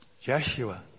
Joshua